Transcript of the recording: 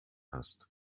hast